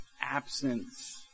absence